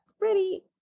ready